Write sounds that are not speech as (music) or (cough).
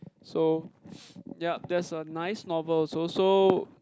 so (noise) yup that's a nice novel also so